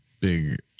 big